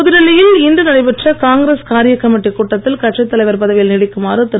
புதுடில்லியில் இன்று நடைபெற்ற காங்கிரஸ் காரிய கமிட்டிக் கூட்டத்தில் கட்சித் தலைவர் பதவியில் நீடிக்குமாறு திரு